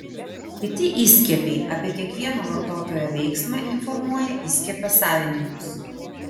kiti įskiepiai apie kiekvieną vartotojo veiksmą informuoja įskiepio savininkus